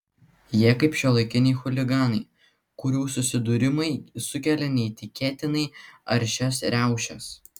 jie kaip šiuolaikiniai chuliganai kurių susidūrimai sukelia neįtikėtinai aršias riaušes